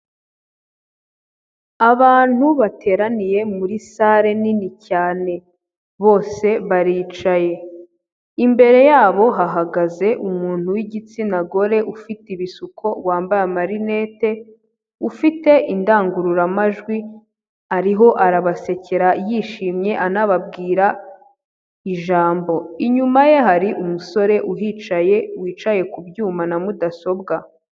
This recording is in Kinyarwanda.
Abantu bateraniye muri sare nini cyane. Bose baricaye. Imbere yabo hahagaze umuntu w'igitsina gore, ufite ibisuko wambaye amarinete, ufite indangururamajwi, ariho arabasekera yishimye anababwira ijambo. Inyuma ye hari umusore uhicaye, wicaye ku byuma na mudasobwa.